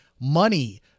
Money